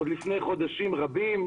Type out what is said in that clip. זה היה לפני חודשים רבים.